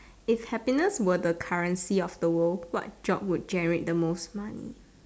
if happiness were the currency of the world what job would generate the most money